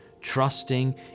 trusting